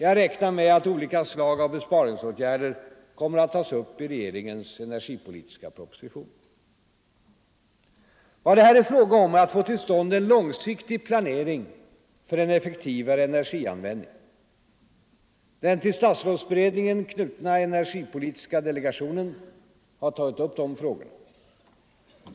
Jag räknar med att olika slag av besparingsåtgärder kommer att tas upp i regeringens energipolitiska proposition. Vad det här är fråga om är att få till stånd en långsiktig planering för en effektivare energianvändning. Den till statsrådsberedningen knutna energipolitiska delegationen har tagit upp dessa frågor.